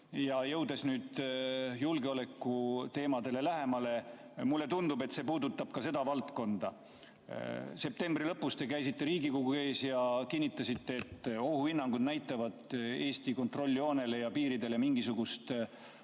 jõutud. Jõudes nüüd julgeolekuteemadele lähemale, siis mulle tundub, et see puudutab ka seda valdkonda. Septembri lõpus te käisite Riigikogu ees ja kinnitasite, et ohuhinnangud näitavad, et Eesti kontrolljoonele ja piiridele mingisugust ohtu